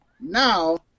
Now